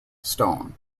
stone